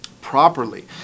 properly